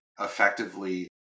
effectively